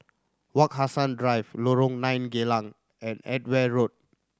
Wak Hassan Drive Lorong Nine Geylang and Edgeware Road